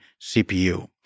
CPU